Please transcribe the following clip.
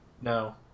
No